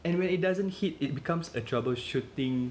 and when it doesn't hit it becomes a troubleshooting